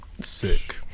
Sick